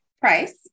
price